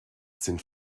sind